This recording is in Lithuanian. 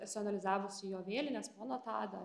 esu analizavusi jo vėlines poną tadą